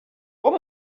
what